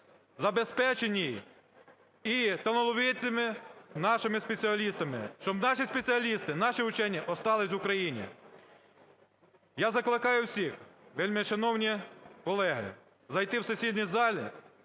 забезпеченій і з талановитими нашими спеціалістами, щоб наші спеціалісти, наші учені зостались в Україні. Я закликаю всіх, вельмишановні колеги, зайти в сесійний зал